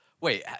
Wait